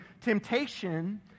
Temptation